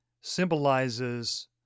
symbolizes